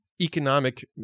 economic